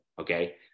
okay